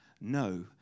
no